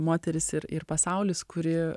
moteris ir ir pasaulis kuri